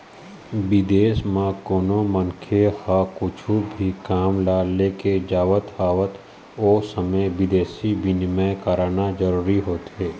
बिदेस म कोनो मनखे ह कुछु भी काम ल लेके जावत हवय ओ समे बिदेसी बिनिमय कराना जरूरी होथे